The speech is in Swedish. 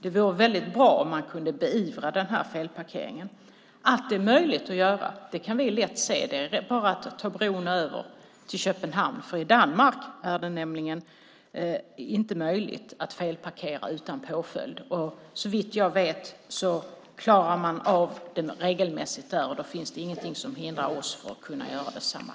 Det vore väldigt bra om man kunde beivra felparkeringen. Att det är möjligt att göra kan vi lätt se. Det är bara att ta bron över till Köpenhamn. I Danmark är det nämligen inte möjligt att felparkera utan påföljd. Såvitt jag vet klarar man av det regelmässigt där. Då finns det inget som hindrar oss att kunna göra detsamma.